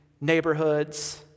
neighborhoods